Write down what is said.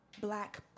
black